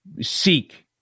seek